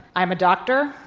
i'm a doctor,